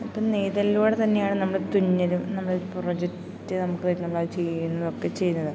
ഇപ്പം നെയ്തലിലൂടെ തന്നെയാണ് നമ്മൾ തുന്നലും നമ്മൾ പ്രൊജക്റ്റ് നമുക്ക് നമ്മളത് ചെയ്യുമെന്നൊക്കെ ചെയ്യുന്നത്